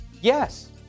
Yes